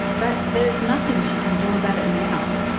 but there's nothing she can do about it now.